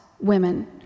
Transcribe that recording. women